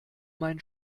mein